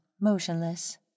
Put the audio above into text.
motionless